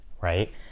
right